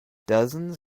dozens